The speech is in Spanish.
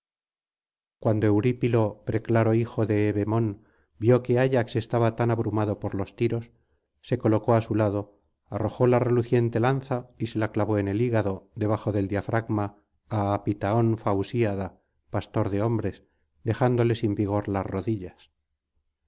cuando eurípilo preclaro hijo de evemón vio que ayax estaba tan abrumado por los tiros se colocó á su lado arrojó la reluciente lanza y se la clavó en el hígado debajo del diafragma á apisaón fausíada pastor de hombres dejándole sin vigor las rodillas